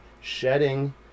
shedding